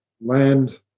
land